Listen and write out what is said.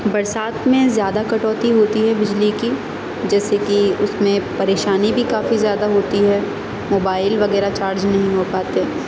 برسات میں زیادہ کٹوتی ہوتی ہے بجلی کی جیسے کہ اس میں پریشانی بھی کافی زیادہ ہوتی ہے موبائل وغیرہ چارج نہیں ہو پاتے